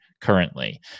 currently